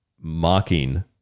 mocking